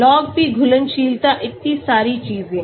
Log P घुलनशीलता इतनी सारी चीजें